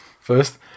first